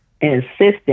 insistent